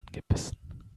angebissen